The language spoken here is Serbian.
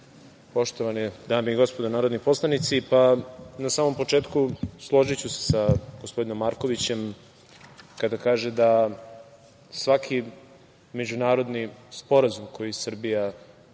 poštovane dame i gospodo narodni poslanici, na samom početku složiću se sa gospodinom Markovićem kada kaže da svaki međunarodni sporazum koji Srbija potpiše